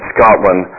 Scotland